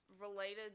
related